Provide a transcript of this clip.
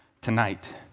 tonight